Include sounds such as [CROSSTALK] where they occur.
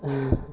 [LAUGHS]